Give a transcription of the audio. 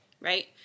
right